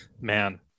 man